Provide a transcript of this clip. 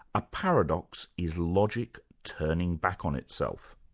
a paradox is logic turning back on itself.